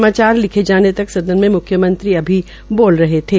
समाचार लिखे जाने तक सदन में मुख्यमंत्री अभी बोल रहे थे